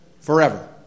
Forever